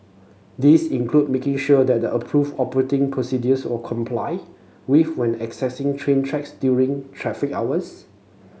these include making sure that approved operating procedures were complied with when accessing train tracks during traffic hours